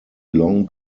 long